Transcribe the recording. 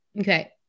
Okay